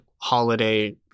holiday